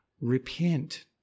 Repent